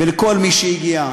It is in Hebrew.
ולכל מי שהגיע.